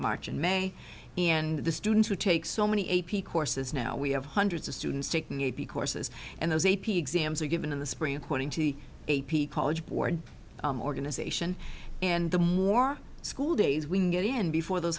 march and may and the students who take so many a p courses now we have hundreds of students taking a p courses and those a p exams are given in the spring according to the a p college board organization and the more school days we get in before those